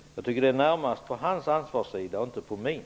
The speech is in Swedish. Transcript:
Det ligger närmast på hans ansvarssida och inte på min.